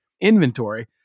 inventory